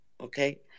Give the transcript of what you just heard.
okay